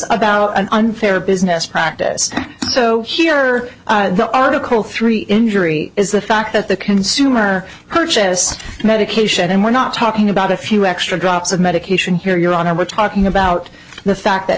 about an unfair business practice so here are the article three injury is the fact that the consumer purchase medication and we're not talking about a few extra drops of medication here your honor we're talking about the fact that